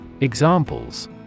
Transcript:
Examples